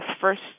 First